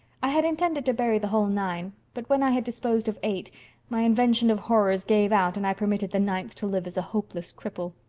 i had intended to bury the whole nine but when i had disposed of eight my invention of horrors gave out and i permitted the ninth to live as a hopeless cripple.